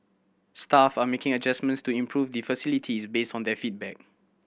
staff are making adjustments to improve the facilities based on their feedback